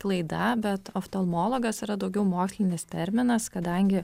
klaida bet oftalmologas yra daugiau mokslinis terminas kadangi